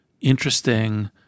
interesting